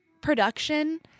production